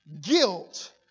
guilt